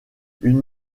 une